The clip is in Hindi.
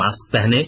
मास्क पहनें